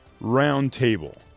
roundtable